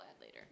later